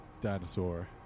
dinosaur